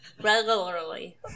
Regularly